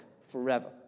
forever